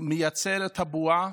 מייצר את הבועה.